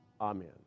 Amen